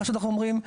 מה שאנחנו אומרים,